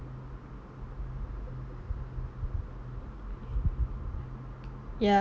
ya